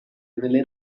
nelle